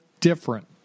different